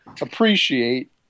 appreciate